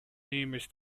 numerous